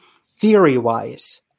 Theory-wise